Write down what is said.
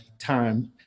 time